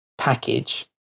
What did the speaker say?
Package